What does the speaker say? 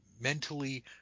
mentally